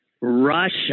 Russia